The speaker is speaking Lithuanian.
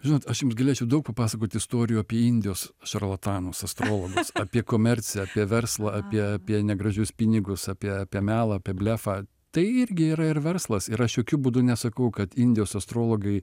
žinot aš jums galėčiau daug papasakoti istorijų apie indijos šarlatanus astrologus apie komerciją apie verslą apie apie negražius pinigus apie apie melą apie blefą tai irgi yra ir verslas ir aš jokiu būdu nesakau kad indijos astrologai